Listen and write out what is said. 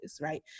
right